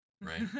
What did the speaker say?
Right